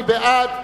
מי בעד?